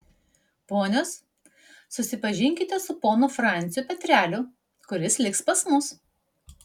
ponios susipažinkite su ponu franciu petreliu kuris liks pas mus